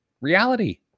reality